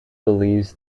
believes